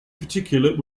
particular